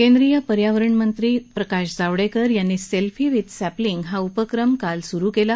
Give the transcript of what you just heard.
केंद्रीय पर्यावरण मंत्री प्रकाश जावडेकर यांनी कालच सेल्फी विथ सॅपलिंग हा उपक्रम सुरु केला